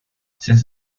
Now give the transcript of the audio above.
since